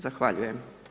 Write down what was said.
Zahvaljujem.